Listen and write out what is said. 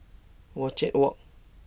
Wajek Walk